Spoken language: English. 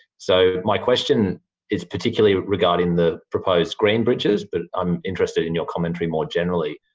so, my question is particularly regarding the proposed green bridges, but i'm interested in your commentary more generally.